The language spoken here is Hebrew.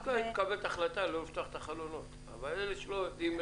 את לא היית מקבלת החלטה לא לפתוח את החלונות אבל אלה שלא יודעים,